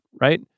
right